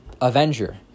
Avenger